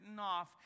off